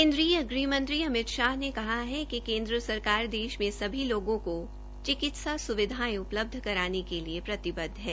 केन्द्रीय गृह मंत्री अमित शाह ने कहा है कि केन्द्र सरकार देश में सभी लोगों को चिकित्सा सुविधाएं उपलब्ध कराने के लिए प्रतिबद्ध है